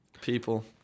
People